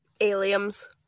Aliens